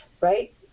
right